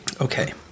Okay